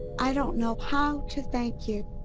i don't know how to thank you.